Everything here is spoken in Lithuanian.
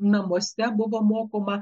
namuose buvo mokoma